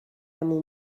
عمو